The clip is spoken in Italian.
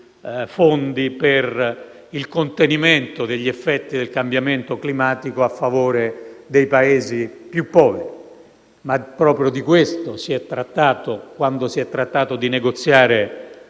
fondi per il contenimento degli effetti del cambiamento climatico a favore dei Paesi più poveri. Ma proprio di questo si è trattato quando si è trattato di negoziare